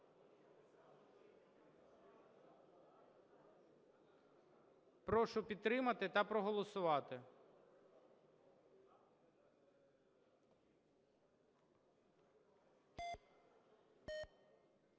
Прошу підтримати та проголосувати.